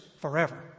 forever